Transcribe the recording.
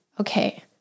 Okay